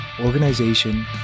organization